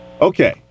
okay